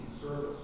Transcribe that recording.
service